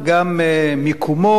גם במיקומו,